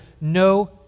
no